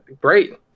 great